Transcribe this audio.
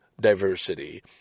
Diversity